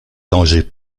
danger